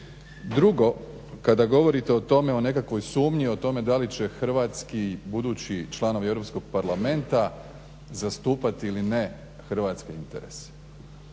Drugo, kada govorite o tome o nekakvoj sumnji da li će hrvatski budući članovi Europskog parlamenta zastupati ili ne hrvatske interese.